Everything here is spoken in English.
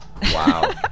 Wow